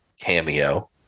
cameo